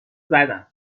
زدن